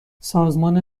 سازمان